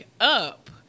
up